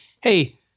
hey